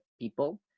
people